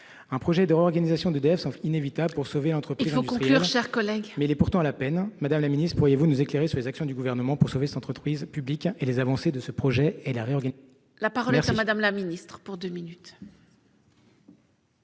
Un projet de réorganisation d'EDF semble inévitable pour sauver l'entreprise, ... Il faut conclure, cher collègue !... mais il est à la peine. Madame la ministre, pourriez-vous nous éclairer sur les actions du Gouvernement pour sauver cette entreprise publique et les avancées de ce projet ? La parole est à Mme la ministre. La dette